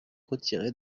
retiré